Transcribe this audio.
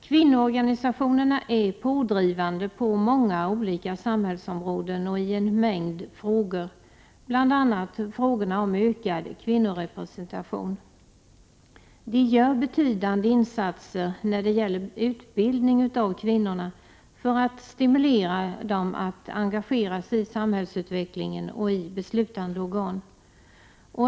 Kvinnoorganisationerna är pådrivande på många olika samhällsområden och i en mängd frågor, bl.a. frågorna om ökad kvinnorepresentation. De gör betydande insatser när det gäller utbildning av kvinnorna för att stimulera dem att engagera sig i samhällsutvecklingen och i beslutande organ.